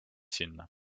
sinna